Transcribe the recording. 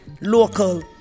local